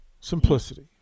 Simplicity